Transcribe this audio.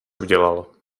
udělal